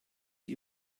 die